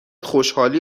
خوشحالی